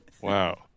Wow